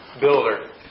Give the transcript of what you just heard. builder